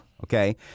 okay